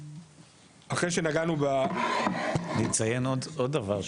אחרי שנגענו ב- -- אני אציין עוד דבר,